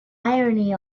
irony